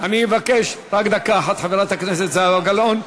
רק דקה אחת, חברת הכנסת זהבה גלאון.